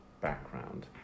background